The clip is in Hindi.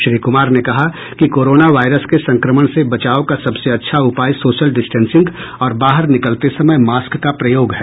श्री कुमार ने कहा कि कोरोना वायरस के संक्रमण से बचाव का सबसे अच्छा उपाय सोशल डिस्टेंसिंग और बाहर निकलते समय मास्क का प्रयोग है